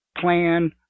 plan